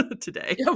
today